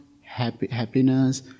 happiness